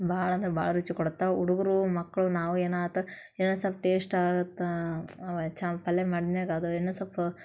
ಭಾಳ ಅಂದ್ರೆ ಭಾಳ ರುಚಿ ಕೊಡತ್ತೆ ಹುಡುಗ್ರೂ ಮಕ್ಕಳು ನಾವು ಏನಾತು ಏನು ಸಲ್ಪ್ ಟೇಶ್ಟ್ ಆಗತ್ತೆ ಪಲ್ಯ ಮಾಡಿದ್ಮ್ಯಾಗ ಅದು ಇನ್ನೂ ಸಲ್ಪ್